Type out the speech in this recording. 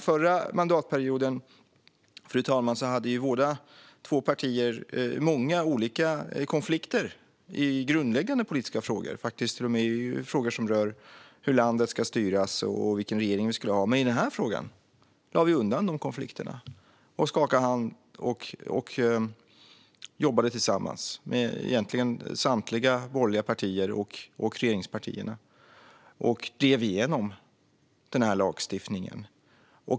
Förra mandatperioden hade våra två partier många olika konflikter i grundläggande politiska frågor, faktiskt till och med i frågor om hur landet ska styras och vilken regering vi skulle ha. Men i den här frågan lade vi undan de konflikterna och skakade hand och jobbade tillsammans med egentligen samtliga borgerliga partier och regeringspartierna och drev igenom den här lagstiftningen.